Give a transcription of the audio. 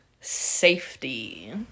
safety